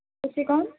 ਤੁਸੀਂ ਕੌਣ